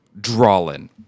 drawlin